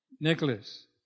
Nicholas